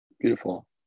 Beautiful